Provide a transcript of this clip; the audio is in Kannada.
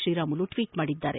ಶ್ರೀರಾಮುಲು ಟ್ವೀಟ್ ಮಾಡಿದ್ದಾರೆ